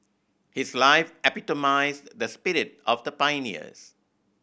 his life epitomised the spirit of the pioneers